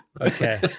Okay